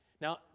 Now